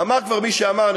אמר כבר מי שאמר,